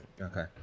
Okay